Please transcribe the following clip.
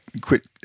quit